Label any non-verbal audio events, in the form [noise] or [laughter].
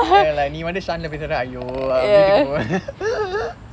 like நீ வந்து:nee vanthu [noise] பேசுர:pesure !aiyo! வீட்டுக்கு போ:veetuku po [laughs]